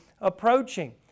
approaching